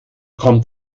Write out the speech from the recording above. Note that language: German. kommt